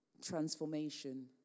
transformation